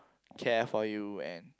care for you and